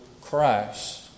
Christ